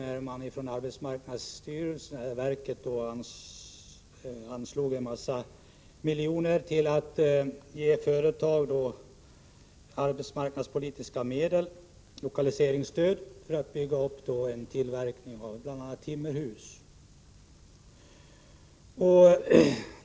Från arbetsmarknadsverkets sida har man anslagit en mängd miljoner i form av arbetsmarknadspolitiska medel av lokaliseringsstöd till ett företag. Pengarna skulle användas till att bygga upp en tillverkning av bl.a. timmerhus.